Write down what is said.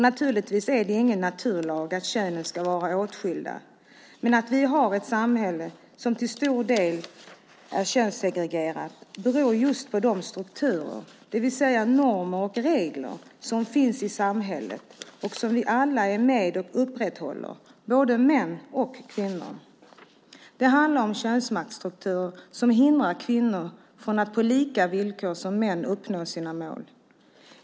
Givetvis är det ingen naturlag att könen ska vara åtskilda, men att vi har ett samhälle som till stor del är könssegregerat beror just på de strukturer, det vill säga normer och regler, som finns i samhället och som vi alla är med och upprätthåller, både män och kvinnor. Det handlar om en könsmaktsstruktur som hindrar kvinnor från att på samma villkor som män uppnå sina mål.